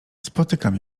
spotykam